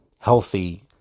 healthy